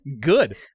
good